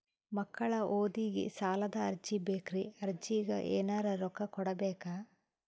ಮಕ್ಕಳ ಓದಿಗಿ ಸಾಲದ ಅರ್ಜಿ ಬೇಕ್ರಿ ಅರ್ಜಿಗ ಎನರೆ ರೊಕ್ಕ ಕೊಡಬೇಕಾ?